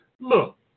Look